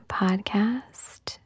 podcast